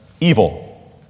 evil